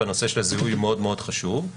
והנושא של הזיהוי מאוד מאוד חשוב,